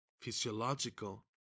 physiological